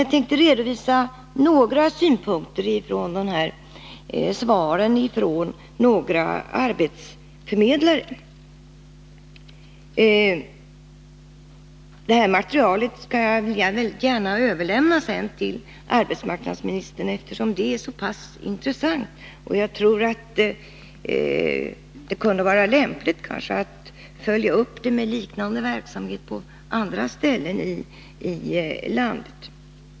Jag tänkte redovisa några synpunkter i svaren från en del arbetsförmedlare. — Det här materialet skall jag sedan gärna överlämna till arbetsmarknadsministern, eftersom det är så pass intressant. Jag tror att det kunde vara lämpligt att följa upp det med liknande undersökningar på andra håll i landet.